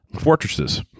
fortresses